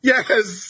Yes